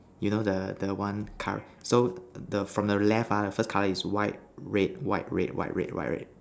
you know the the one car so from the left ah the first color is white red white red white red white red